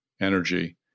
energy